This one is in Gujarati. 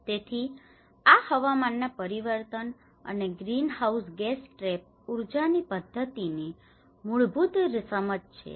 તેથી આ હવામાન ના પરિવર્તન અને ગ્રીનહાઉસ ગેસ ટ્રેપ ઉર્જા ની પદ્ધતિ ની મૂળભૂત સમજ છે